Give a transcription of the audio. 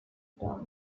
ottawa